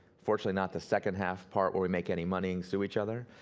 fortunately not the second half part where we make any money and sue each other,